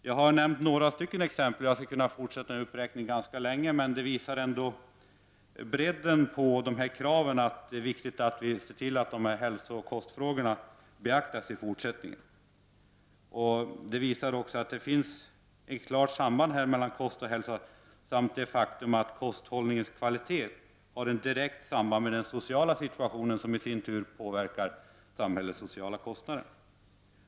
Jag har nämnt några få exempel som visar bredden på kraven på att hälsooch kostfrågorna beaktas i fortsättningen. Det finns ett klart samband mellan kost och hälsa. Kosthållningens kvalitet har också ett direkt samband med den sociala situationen, som i sin tur påverkar samhällets sociala kostnader.